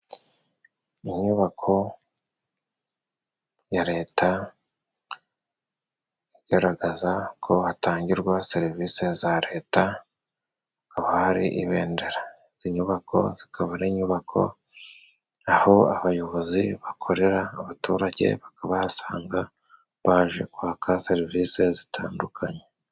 Inyubako ya Leta igaragaza ko hatangirwa serivisi za Leta, haba hari ibendera. Izi nyubako zikaba ari inyubako aho abayobozi bakorera abaturage, bakahabasanga baje kwaka serivise zitandukanye.